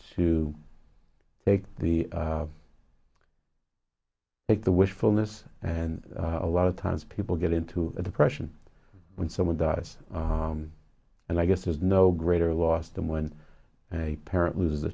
to take the take the wishfulness and a lot of times people get into a depression when someone dies and i guess there's no greater loss than when a parent loses a